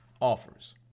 offers